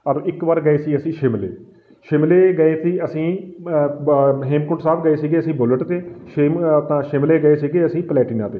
ਔਰ ਇੱਕ ਵਾਰ ਗਏ ਸੀ ਅਸੀਂ ਸ਼ਿਮਲੇ ਸ਼ਿਮਲੇ ਗਏ ਸੀ ਅਸੀਂ ਅ ਬ ਹੇਮਕੁੰਟ ਸਾਹਿਬ ਗਏ ਸੀਗੇ ਅਸੀਂ ਬੁਲਟ 'ਤੇ ਸ਼ਿ ਅ ਤਾਂ ਸ਼ਿਮਲੇ ਗਏ ਸੀਗੇ ਅਸੀਂ ਪਲੈਟੀਨਾ 'ਤੇ